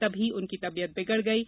तभी उनकी तबीयत बिगड़ गयी